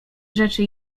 rzeczy